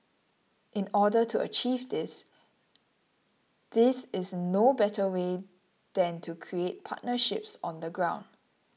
in order to achieve this these is no better way than to create partnerships on the ground